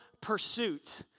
pursuit